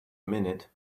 minute